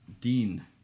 Dean